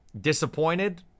disappointed